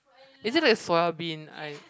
is it like soy bean I